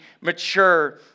mature